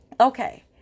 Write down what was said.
Okay